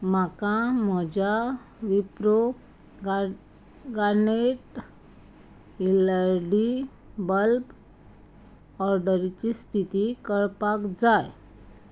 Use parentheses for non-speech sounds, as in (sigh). म्हाका म्हज्या Wipro (unintelligible) garnet LED bulb ऑर्डरीची स्थिती कळपाक जाय